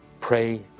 pray